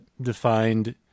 defined